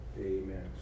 Amen